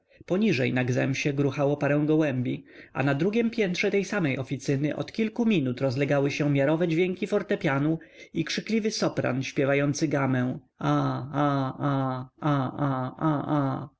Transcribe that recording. poniżej na gzemsie gruchało parę gołębi a na drugiem piętrze tej samej oficyny od kilku minut rozlegały się miarowe dźwięki fortepianu i krzykliwy sopran śpiewający gamę a a a a